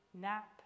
nap